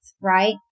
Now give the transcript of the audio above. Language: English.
right